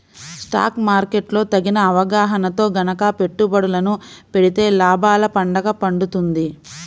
stock market లో తగిన అవగాహనతో గనక పెట్టుబడులను పెడితే లాభాల పండ పండుతుంది